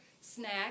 snack